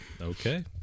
Okay